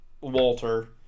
Walter